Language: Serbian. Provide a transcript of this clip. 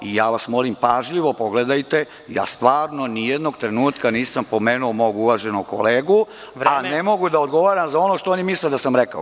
Molim vas, pažljivo pogledajte, stvarno ni jednog trenutka nisam pomenuo mog uvaženog kolegu, a ne mogu da odgovaram za ono što oni misle da sam rekao.